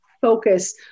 focus